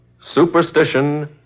Superstition